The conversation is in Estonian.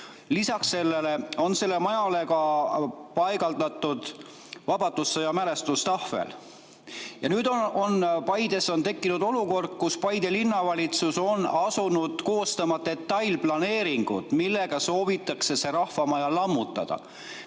Lisaks sellele on majale ka paigaldatud vabadussõja mälestustahvel. Ja nüüd on Paides tekkinud olukord, kus Paide Linnavalitsus on asunud koostama detailplaneeringut ja soovitakse see rahvamaja lammutada.